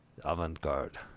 Avant-garde